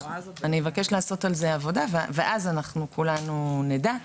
אני אבקש לעשות על זה עבודה, ואז כולנו נדע.